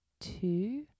two